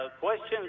questions